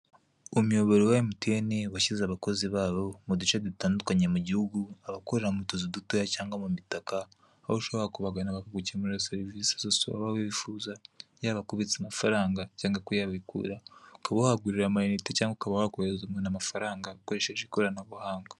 Umuyoboro wa MTN washyize abakozi babo muduce dutandukanye mugihugu abakorera mutuzu dutoya cyangwa mumitaka, aho ushobora kubagana bakagukemurira serivise zose waba wifuza yaba kubitsa amafaranga cyangwa kuyabikura ukaba wahagurira ama inite cyangwa ukaba wakohereza umuntu amafaranga ukoresheje ikoranabuhanga.